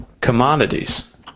commodities